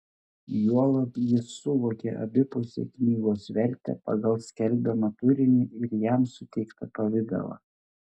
juolab jis suvokė abipusę knygos vertę pagal skelbiamą turinį ir jam suteiktą pavidalą